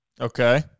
Okay